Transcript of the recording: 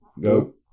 go